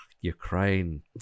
Ukraine